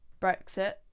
Brexit